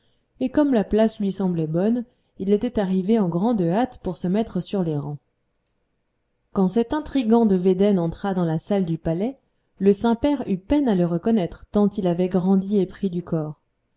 et comme la place lui semblait bonne il était arrivé en grande hâte pour se mettre sur les rangs quand cet intrigant de védène entra dans la salle du palais le saint-père eut peine à le reconnaître tant il avait grandi et pris du corps